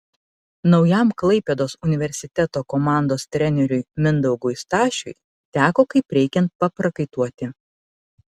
naujam klaipėdos universiteto komandos treneriui mindaugui stašiui teko kaip reikiant paprakaituoti